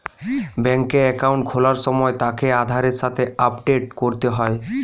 বেংকে একাউন্ট খোলার সময় তাকে আধারের সাথে আপডেট করতে হয়